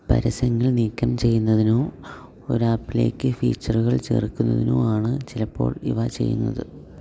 പരസ്യങ്ങൾ നീക്കം ചെയ്യുന്നതിനോ ഒരു ആപ്പിലേക്ക് ഫീച്ചറുകൾ ചേർക്കുന്നതിനോവാണ് ചിലപ്പോൾ ഇവ ചെയ്യുന്നത്